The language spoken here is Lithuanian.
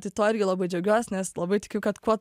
tai tuo irgi labai džiaugiuos nes labai tikiu kad kuo